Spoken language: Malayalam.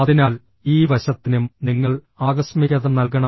അതിനാൽ ഈ വശത്തിനും നിങ്ങൾ ആകസ്മികത നൽകണം